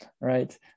right